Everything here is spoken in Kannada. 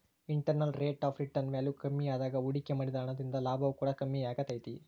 internal rate of return value ಕಮ್ಮಿಯಾದಾಗ ಹೂಡಿಕೆ ಮಾಡಿದ ಹಣ ದಿಂದ ಲಾಭವು ಕೂಡ ಕಮ್ಮಿಯಾಗೆ ತೈತೆ